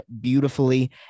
beautifully